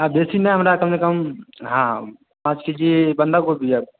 हाँ जे छै ने हमरा कमसँ कम हँ पाँच के जी बन्धागोभी